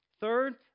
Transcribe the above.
Third